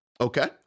Okay